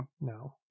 No